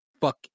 fuck